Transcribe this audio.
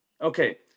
okay